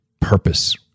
purpose